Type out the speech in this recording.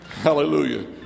hallelujah